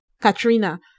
Katrina